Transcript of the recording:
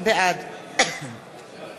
בעד